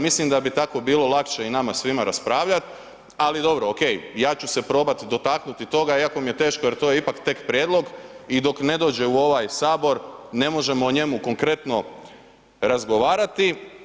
Mislim da bi bilo lakše i nama svima raspravljati, ali dobro, ok, ja ću se probati dotaknuti toga iako mi je teško jer to je ipak tek prijedlog i dok ne dođe u ovaj Sabor ne možemo o njemu konkretno razgovarati.